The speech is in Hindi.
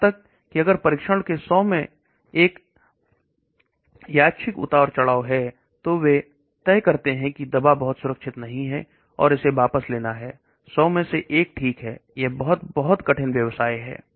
यहां तक कि अगर परीक्षण के 100 कैंडिडेट में मामूली सा उतार चढ़ाव है तो वे तय करते हैं दवा बहुत सुरक्षित नहीं है और इसे वापस लेना है 100 मे से एक ही है यह बहुत बहुत कठिन व्यवसाय है